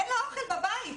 אין לה אוכל בבית.